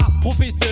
professeur